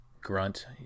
grunt